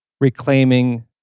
reclaiming